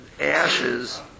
ashes